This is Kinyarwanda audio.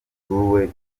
utuwe